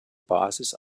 basis